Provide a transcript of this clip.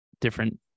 different